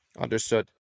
understood